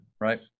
Right